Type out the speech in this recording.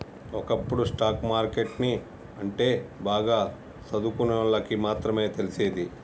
ఒకప్పుడు stock market ని అంటే బాగా సదువుకున్నోల్లకి మాత్రమే తెలిసేది